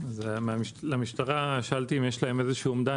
שאלתי את המשטרה אם יש להם איזשהו אומדן